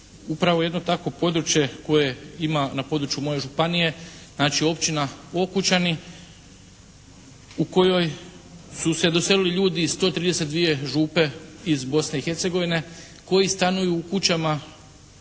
upravo jedno takvo područje koje ima na području moje županije, znači Općina Okućani u kojoj su se doselili ljudi iz 132 župe iz Bosne i Hercegovine, koji stanuju u kućama